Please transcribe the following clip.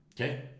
okay